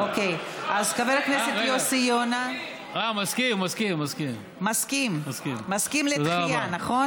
מסכים, מסכים לדחייה, נכון?